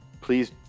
Please